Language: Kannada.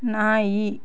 ನಾಯಿ